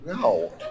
No